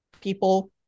people